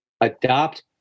Adopt